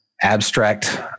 abstract